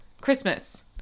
Christmas